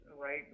right